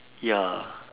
ya